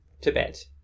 Tibet